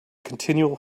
continual